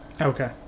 Okay